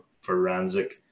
forensic